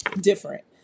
different